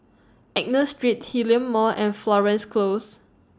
Street Hillion Mall and Florence Close